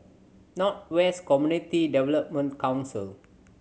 North West Community Development Council